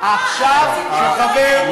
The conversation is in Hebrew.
אז הציבור לא ייהנה מהצעת חוק,